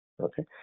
okay